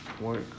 work